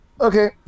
Okay